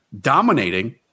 dominating